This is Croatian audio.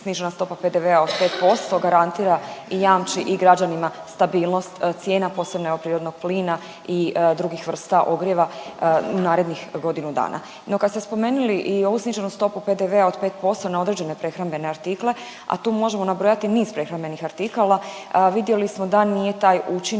snižena stopa PDV-a od 5% garantira i jamči i građanima stabilnost cijena, posebno evo prirodnog plina i drugih vrsta ogrijeva u narednih godinu dana. No kad ste spomenuli i ovu sniženu stopu PDV-a na 5% na određene prehrambene artikle, a tu možemo nabrojati niz prehrambenih artikala, vidjeli smo da nije taj učinak